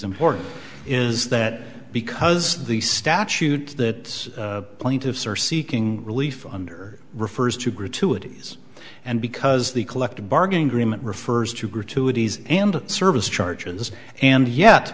important is that because the statute that plaintiffs are seeking relief under refers to gratuities and because the collective bargaining agreement refers to gratuities and service charges and yet